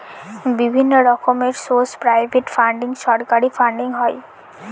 বিভিন্ন রকমের source private funding, সরকারি ফান্ডিং হয়